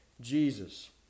Jesus